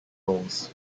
roles